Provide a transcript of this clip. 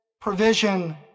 provision